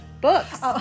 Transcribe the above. books